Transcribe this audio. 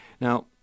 Now